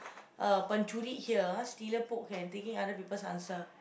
uh pencuri here ah stealer book can taking other people's answer